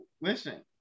listen